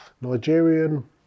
Nigerian